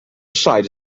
side